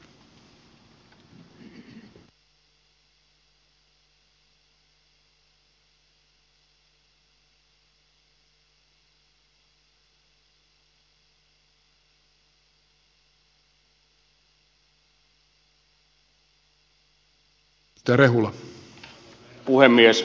arvoisa herra puhemies